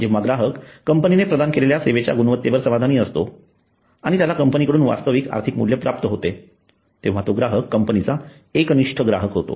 जेव्हा ग्राहक कंपनीने प्रदान केलेल्या सेवेच्या गुणवत्तेवर समाधानी असतो आणि त्याला कंपनीकडून वास्तविक आर्थिक मूल्य प्राप्त होते तेव्हा तो ग्राहक कंपनीचा एकनिष्ठ ग्राहक होतो